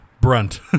brunt